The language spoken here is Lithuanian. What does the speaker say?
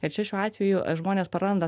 ir čia šiuo atveju žmonės praranda